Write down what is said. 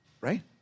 right